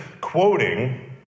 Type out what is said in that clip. quoting